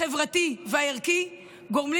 החברתי והערכי שלושת המענים האלה גורמים